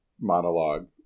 monologue